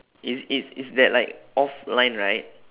it's it's it's that like off line right